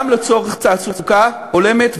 גם לצורך תעסוקה הולמת,